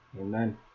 Amen